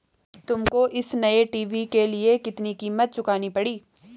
तुमको इस नए टी.वी के लिए कितनी कीमत चुकानी पड़ी?